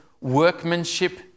workmanship